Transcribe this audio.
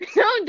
no